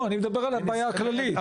לא, אני מדבר על ההוויה הכללית.